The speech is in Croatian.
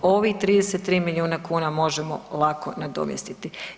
Ovih 33 milijuna kuna možemo lako nadomjestiti.